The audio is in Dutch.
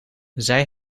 zij